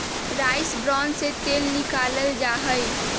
rice bran से तेल निकाल्ल जाहई